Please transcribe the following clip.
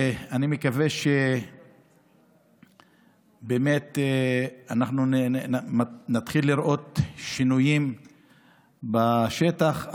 אני מקווה שבאמת אנחנו נתחיל לראות שינויים בשטח,